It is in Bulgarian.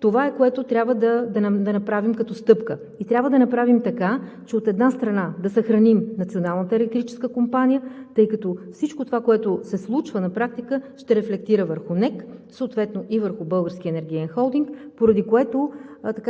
това е, което трябва да направим като стъпка. Трябва да направим така, че, от една страна, да съхраним Националната електрическа компания, тъй като всичко това, което се случва, на практика ще рефлектира върху НЕК, съответно и върху Българския енергиен холдинг, поради което